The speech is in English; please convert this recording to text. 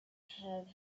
have